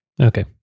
Okay